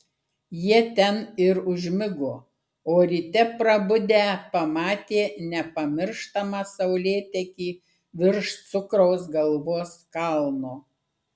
jie ten ir užmigo o ryte prabudę pamatė nepamirštamą saulėtekį virš cukraus galvos kalno